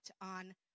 on